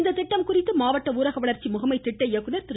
இத்திட்டம் குறித்து மாவட்ட ஊரக வளர்ச்சி முகமை திட்ட இயக்குநர் திரு